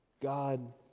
God